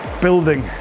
building